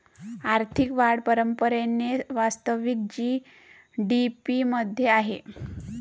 आर्थिक वाढ परंपरेने वास्तविक जी.डी.पी मध्ये आहे